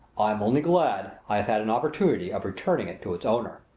i am only glad i have had an opportunity of returning it to its owner.